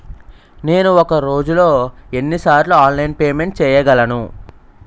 నేను ఒక రోజులో ఎన్ని సార్లు ఆన్లైన్ పేమెంట్ చేయగలను?